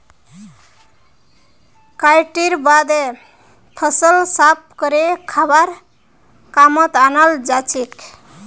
कटाईर बादे फसल साफ करे खाबार कामत अनाल जाछेक